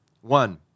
One